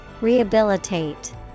Rehabilitate